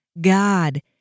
God